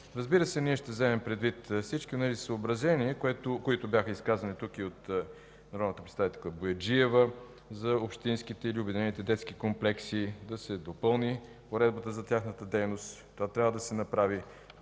Разбира се, ние ще вземем предвид всички съображения, които бяха изказани тук и от народния представител Бояджиева за общинските или обединените детски комплекси – да се допълни уредбата за тяхната дейност. Това трябва да се направи.